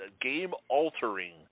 game-altering